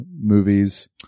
movies